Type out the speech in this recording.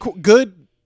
good